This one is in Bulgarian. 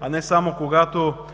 а не само когато